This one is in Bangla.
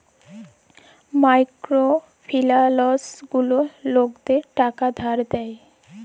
মাইকোরো ফিলালস গুলা লকদের টাকা ধার দেয়